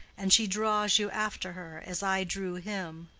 and she draws you after her as i drew him.